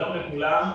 שלום לכולם.